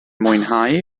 mwynhau